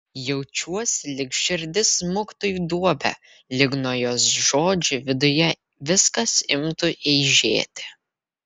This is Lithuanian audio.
jaučiuosi lyg širdis smuktų į duobę lyg nuo jos žodžių viduje viskas imtų eižėti